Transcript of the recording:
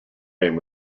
name